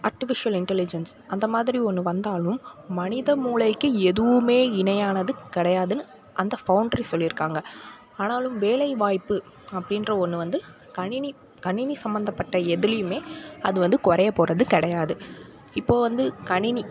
artificial intelligence அந்த மாதிரி ஒன்று வந்தாலும் மனித மூளைக்கு எதுவுமே இணையானது கிடையாதுன்னு அந்த ஃபவுண்டரே சொல்லியிருக்காங்க ஆனாலும் வேலைவாய்ய்பு அப்படின்ற ஒன்று வந்து கணினி கணினி சம்பந்தப்பட்ட எதிலேயுமே அது வந்து குறைய போவது கிடையாது இப்போது வந்து கணினி